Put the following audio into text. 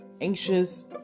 Anxious